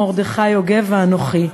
מרדכי יוגב ואנוכי.